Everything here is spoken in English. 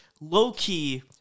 low-key